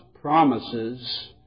promises